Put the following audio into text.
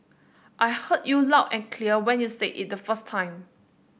I heard you loud and clear when you said it the first time